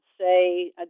say